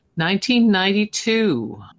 1992